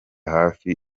hafi